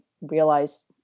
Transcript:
realize